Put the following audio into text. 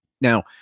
Now